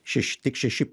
šeši tik šeši